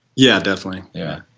yeah, definitely yeah,